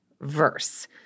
verse